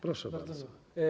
Proszę bardzo.